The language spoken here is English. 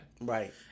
right